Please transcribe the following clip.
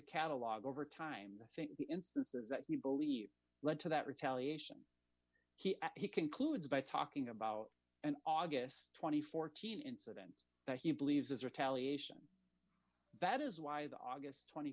catalogue over time i think the instances that we believe led to that retaliation he concludes by talking about an august twenty four team incident that he believes is retaliate that is why the august twenty